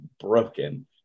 broken